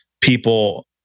people